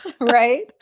right